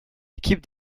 équipe